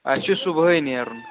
اَسہِ چھُ صُبحٲے نیرُن